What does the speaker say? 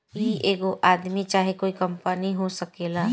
ई एगो आदमी चाहे कोइ कंपनी हो सकेला